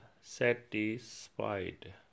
satisfied